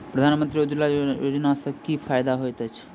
प्रधानमंत्री उज्जवला योजना सँ की फायदा होइत अछि?